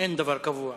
אין דבר קבוע.